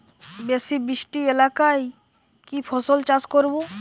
বেশি বৃষ্টি এলাকায় কি ফসল চাষ করব?